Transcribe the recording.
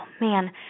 man